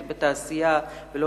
ולהתחיל להשקיע השקעות אמת בתעשייה, ולא